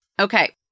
Okay